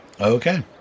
Okay